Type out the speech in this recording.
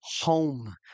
home